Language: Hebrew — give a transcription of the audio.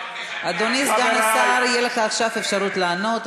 אדוני סגן השר, תהיה לך עכשיו אפשרות לענות.